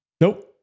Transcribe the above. Nope